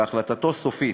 והחלטתו סופית.